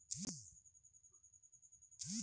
मौसम परिवर्तन से फसल पर का असर होखेला?